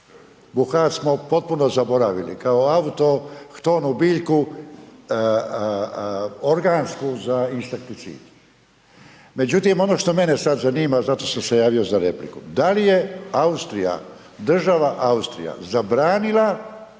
buhač smo potpuno zaboravili. Kao autohtonu biljku organsku za insekticid. Međutim, ono što mene sad zanima, zato sam se javio za repliku, da li je Austrija, država Austrija